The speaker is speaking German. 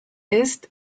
ist